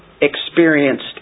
experienced